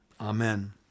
amen